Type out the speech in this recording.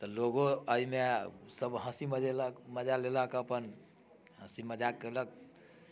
तऽ लोगो एहिमे सभ हँसी मनेलक मजा लेलक अपन हँसी मजाक कयलक